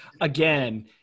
again